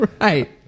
right